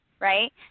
Right